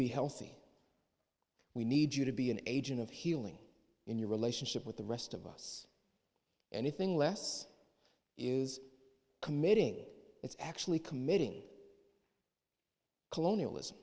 be healthy we need you to be an agent of healing in your relationship with the rest of us anything less is committing it's actually committing colonialism